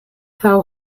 how